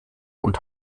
und